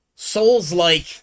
Souls-like